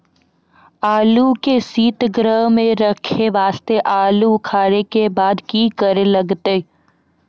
आलू के सीतगृह मे रखे वास्ते आलू उखारे के बाद की करे लगतै?